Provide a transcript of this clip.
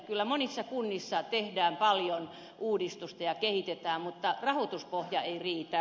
kyllä monissa kunnissa tehdään paljon uudistusta ja kehitetään mutta rahoituspohja ei riitä